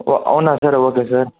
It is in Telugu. ఓ అవునా సార్ ఓకే సార్